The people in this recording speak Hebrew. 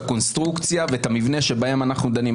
הקונסטרוקציה ואת המבנה בהם אנחנו דנים.